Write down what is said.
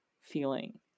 feeling